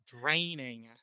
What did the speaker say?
draining